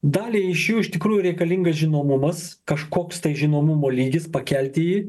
daliai iš jų iš tikrųjų reikalingas žinomumas kažkoks tai žinomumo lygis pakelti jį